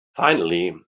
finally